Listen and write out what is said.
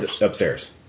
Upstairs